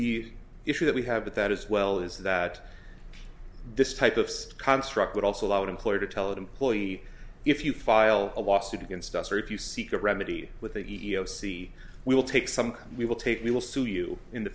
e issue that we have with that as well is that this type of construct would also allow an employer to tell an employee if you file a lawsuit against us or if you seek a remedy with the e e o c we will take some we will take me will sue you in the